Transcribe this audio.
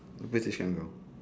apa dia cakap dengan kau